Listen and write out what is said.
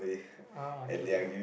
uh okay